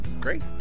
great